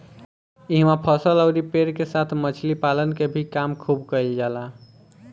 इहवा फसल अउरी पेड़ के साथ मछली पालन के भी काम खुब कईल जाला